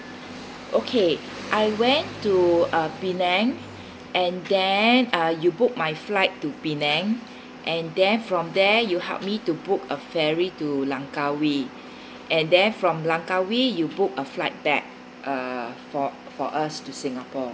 okay I went to uh penang and then uh you book my flight to penang and then from there you help me to book a ferry to langkawi and then from langkawi you book a flight back uh for for us to singapore